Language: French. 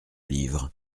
livre